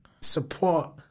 support